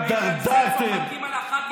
חבר הכנסת יבגני, תודה.